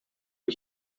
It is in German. ich